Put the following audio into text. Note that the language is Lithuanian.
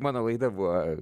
mano laida buvo